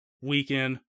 weekend